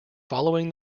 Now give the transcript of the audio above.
following